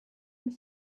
and